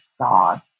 God